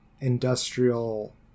industrial